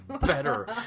better